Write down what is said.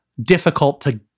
difficult-to-